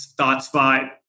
ThoughtSpot